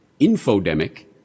infodemic